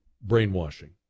brainwashing